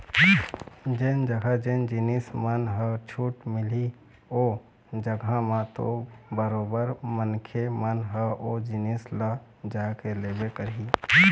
जेन जघा जेन जिनिस मन ह छूट मिलही ओ जघा म तो बरोबर मनखे मन ह ओ जिनिस ल जाके लेबे करही